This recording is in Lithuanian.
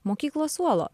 mokyklos suolo